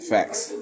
Facts